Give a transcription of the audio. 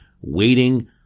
waiting